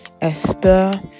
esther